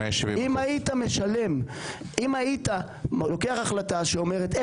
אם היית לוקח החלטה שאומרת,